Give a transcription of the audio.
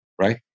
right